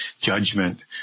judgment